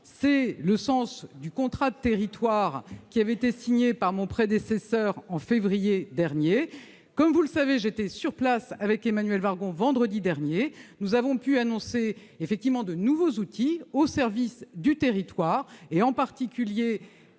C'est le sens du contrat de territoire, qui avait été signé par mon prédécesseur en février dernier. C'est vide ! Comme vous le savez, j'étais sur place avec Emmanuelle Wargon vendredi dernier, et nous avons pu annoncer de nouveaux outils au service du territoire. Nous